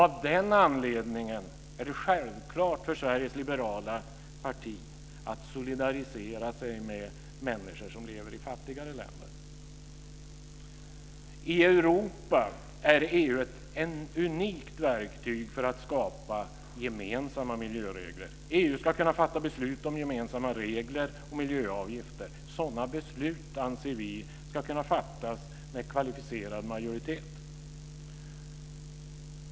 Av den anledningen är det självklart för Sveriges liberala parti att solidarisera sig med människor som lever i fattigare länder. I Europa är EU ett unikt verktyg för att skapa gemensamma miljöregler. EU ska kunna fatta beslut om gemensamma regler och miljöavgifter. Sådana beslut anser vi ska kunna fattas med kvalificerad majoritet.